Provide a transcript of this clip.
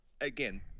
again